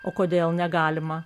o kodėl negalima